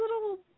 little